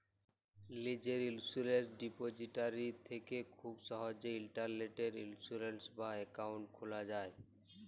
লীজের ইলসুরেলস ডিপজিটারি থ্যাকে খুব সহজেই ইলটারলেটে ইলসুরেলস বা একাউল্ট খুলা যায়